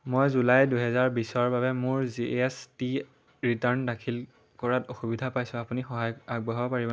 মই জুলাই দুহেজাৰ বিছৰ বাবে মোৰ জি এছ টি ৰিটাৰ্ণ দাখিল কৰাত অসুবিধা পাইছোঁ আপুনি সহায় আগবঢ়াব পাৰিবনে